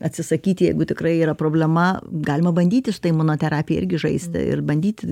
atsisakyti jeigu tikrai yra problema galima bandyti su ta imunoterapija irgi žaisti ir bandyti